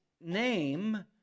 name